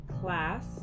Class